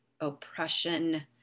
oppression